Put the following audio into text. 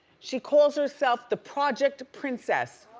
she calls herself the project princess.